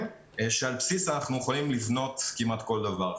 שעל בסיסו אנחנו יכולים לבנות כמעט כל דבר.